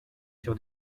sur